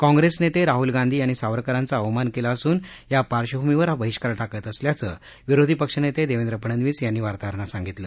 काँप्रेस नेते राहूल गांधी यांनी सावरकरांचा अवमान केला असून या पार्बभूमीवर हा बहिष्कार टाकत असल्याचं विरोधी पक्ष नेते देवेंद्र फडनवीस यांनी वार्ताहरांना सांगितलं